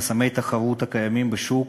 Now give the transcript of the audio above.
חסמי תחרות הקיימים בשוק,